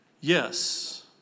yes